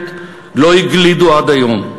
מהתופת לא הגלידו עד היום.